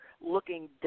looking